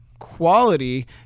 quality